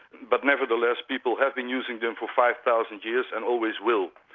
but nevertheless people have been using them for five thousand years and always will.